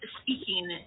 speaking